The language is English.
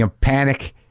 panic